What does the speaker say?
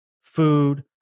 food